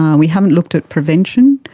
um we haven't looked at prevention,